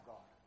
God